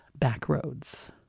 Backroads